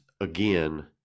again